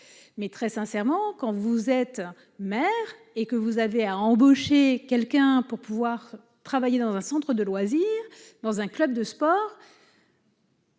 mais très sincèrement, quand vous êtes maire et que vous avez à embaucher quelqu'un pour pouvoir travailler dans un centre de loisirs dans un club de sport.